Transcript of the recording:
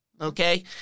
okay